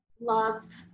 love